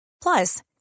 Plus